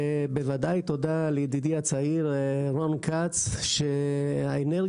בוודאי תודה לידידי הצעיר רון כץ שהאנרגיה